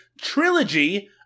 trilogy